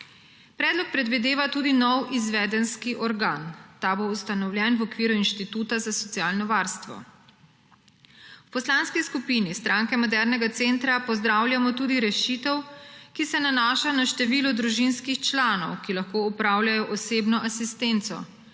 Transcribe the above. Predlog predvideva tudi nov izvedenski organ. Ta bo ustanovljen v okviru Inštituta za socialno varstvo. V Poslanski skupini Stranke modernega centra pozdravljamo tudi rešitev, ki se nanaša na število družinskih članov, ki lahko opravljajo osebno asistenco,